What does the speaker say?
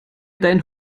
dein